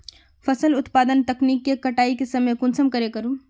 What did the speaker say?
फसल उत्पादन तकनीक के कटाई के समय कुंसम करे करूम?